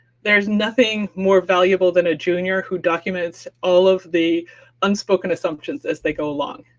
there's nothing more valuable than a junior who documents all of the unspoken assumptions as they go along,